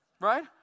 right